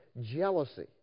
Jealousy